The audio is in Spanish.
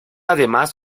además